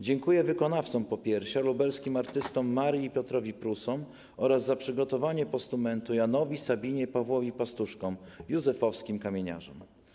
Dziękuję wykonawcom popiersia, lubelskim artystom Marii i Piotrowi Prusom, oraz za przygotowanie postumentu Janowi, Sabinie, Pawłowi Pastuszkom, józefowskim kamieniarzom.